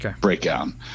breakdown